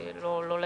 קצת לא לעניין.